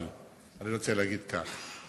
אבל אני רוצה להגיד כך: